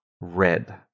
red